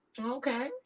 Okay